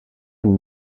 elle